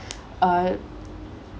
uh